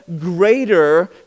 greater